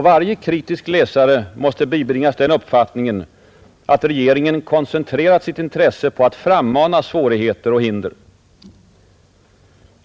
Varje kritisk läsare måste bibringas den uppfattningen att regeringen koncentrerar sitt intresse på att frammana svårigheter och hinder.